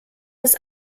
das